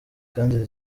kandi